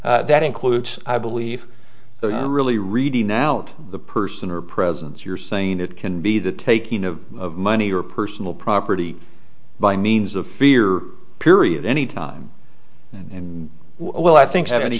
that includes i believe really reading out the person or presence you're saying it can be the taking of money or personal property by means of fear period any time and well i think that any